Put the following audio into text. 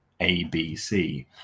ABC